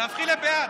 תהפכי לבעד.